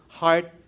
heart